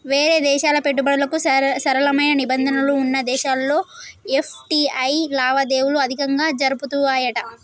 వేరే దేశాల పెట్టుబడులకు సరళమైన నిబంధనలు వున్న దేశాల్లో ఎఫ్.టి.ఐ లావాదేవీలు అధికంగా జరుపుతాయట